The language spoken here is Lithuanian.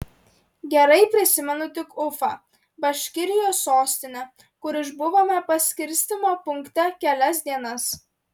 gerai prisimenu tik ufą baškirijos sostinę kur išbuvome paskirstymo punkte kelias dienas